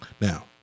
Now